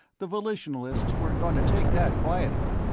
the volitionalists weren't going to take that quietly.